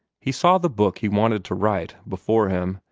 he saw the book he wanted to write before him,